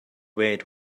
wait